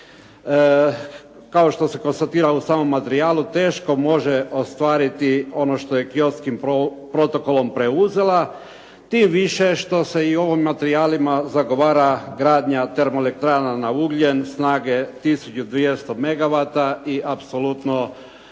kao što se konstatiralo u samom adrijalu, teško može ostvariti ono što je Kyotski protokolom preuzela, tim više što se i u ovim materijalima zagovara gradnja termoelektrana na ugljen snage 1200 megawatta i apsolutno